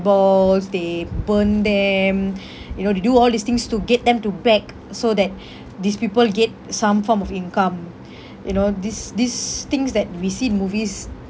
eyeballs they burned them you know they do all these things to get them to beg so that these people get some form of income you know these these things that we see in movies